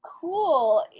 Cool